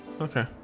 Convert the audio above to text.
okay